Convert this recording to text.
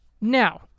Now